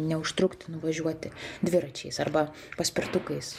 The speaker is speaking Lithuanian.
neužtrukti nuvažiuoti dviračiais arba paspirtukais